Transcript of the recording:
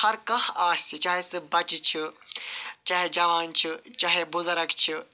ہر کانٛہہ آسہِ چاہے سُہ بَچہِ چھ چاہے جَوان چھ چاہے بُزرگ چھُ